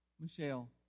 Michelle